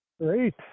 Great